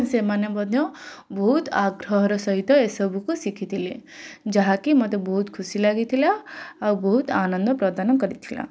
ସେମାନେ ମଧ୍ୟ ବହୁତ ଆଗ୍ରହର ସହିତ ଏ ସବୁକୁ ଶିଖିଥିଲେ ଯାହାକି ମୋତେ ବହୁତ ଖୁସି ଲାଗିଥିଲା ଆଉ ବହୁତ ଆନନ୍ଦ ପ୍ରଦାନ କରିଥିଲା